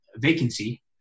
vacancy